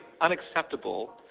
unacceptable